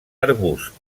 arbust